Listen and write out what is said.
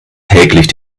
täglich